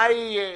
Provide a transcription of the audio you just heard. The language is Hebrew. מה יהיה,